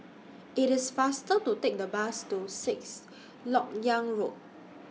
IT IS faster to Take The Bus to Sixth Lok Yang Road